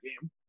game